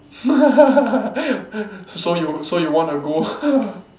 so you so you wanna go